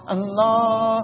Allah